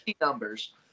numbers